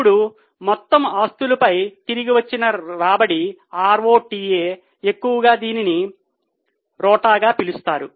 ఇప్పుడు మొత్తం ఆస్తులపై తిరిగివచ్చిన రాబడి ఎక్కువగా దీనిని ROTA గా పిలుస్తారు